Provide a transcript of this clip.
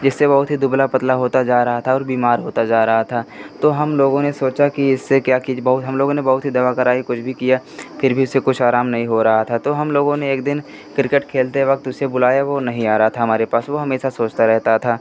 जिससे बहुत ही दुबला पतला होता जा रहा था और बीमार होता जा रहा था तो हम लोगों ने सोचा कि इससे क्या की बहुत हम लोगों ने बहुत ही दवा कराई कुछ भी किया फिर भी उससे कुछ अराम नहीं हो रहा था तो हम लोगों ने एक दिन क्रिकेट खेलते वक़्त उसे बुलाया वह नहीं आ रहा था हमारे पास वह हमेशा सोचता रहता था